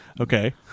Okay